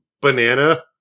banana